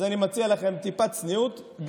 אז אני מציע לכם טיפת צניעות,